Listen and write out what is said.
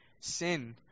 sin